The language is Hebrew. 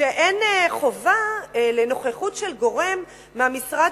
כשאין חובת נוכחות של גורם מהמשרד